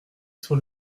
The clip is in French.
sur